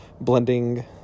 blending